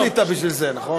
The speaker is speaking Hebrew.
לא עלית בשביל זה, נכון?